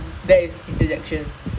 oh my god